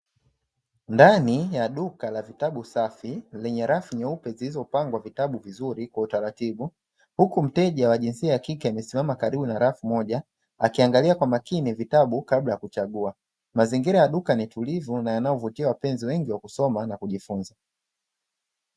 Ndani ya duka la vitabu safi, lenye rafu nyeupe zilizopangwa vitabu vizuri kwa utaratibu, huku mteja wa jinsia ya kike amesimama katika rafu moja akiangalia kwa makini vitabu kabla ya kuchagua. Mazingira ya duka ni tulivu na yanayovutia wapenzi wengi wa kusoma na kujifunza.